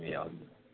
ए हजुर